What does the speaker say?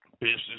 business